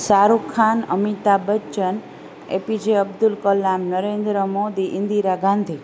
Shahrukh Khan Amitabh Bachchan A P J Abdul Kalam Narendra Modi Indira Gandhi